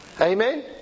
Amen